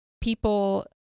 people